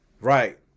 Right